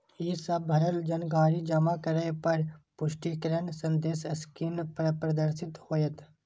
ई सब भरल जानकारी जमा करै पर पुष्टिकरण संदेश स्क्रीन पर प्रदर्शित होयत